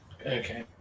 Okay